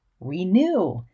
renew